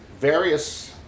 various